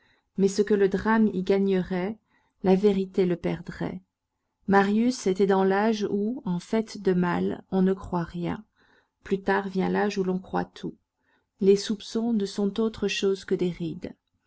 mais ce que le drame y gagnerait la vérité le perdrait marius était dans l'âge où en fait de mal on ne croit rien plus tard vient l'âge où l'on croit tout les soupçons ne sont autre chose que des rides